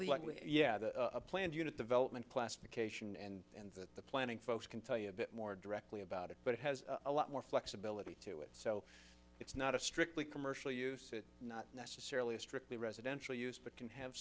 likely yeah a planned unit development classification and and that the planning folks can tell you a bit more directly about it but it has a lot more flexibility to it so it's not a strictly commercial use it's not necessarily a strictly residential use but can have